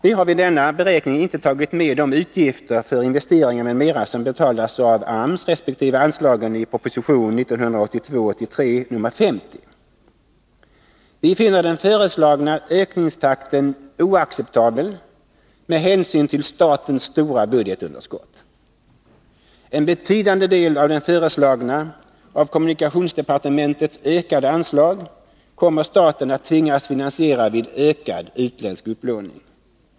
Vi har vid denna beräkning inte tagit med de utgifter för investeringar m.m. som betalas genom AMS resp. anslagen i proposition 1982/83:50. Vi finner den föreslagna ökningstakten oacceptabel med hänsyn till statens stora budgetunderskott. En betydande del av det av kommunikationsdepartementet föreslagna ökade anslaget kommer staten att tvingas finansiera via ökad utländsk upplåning.